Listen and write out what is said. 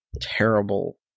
terrible